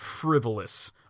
frivolous